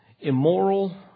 immoral